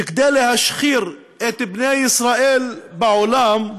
שכדי להשחיר את פני ישראל בעולם,